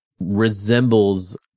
resembles